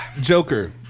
Joker